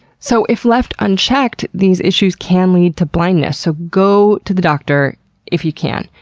so if left unchecked these issues can lead to blindness. so go to the doctor if you can.